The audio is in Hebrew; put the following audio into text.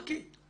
חכי.